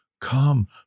Come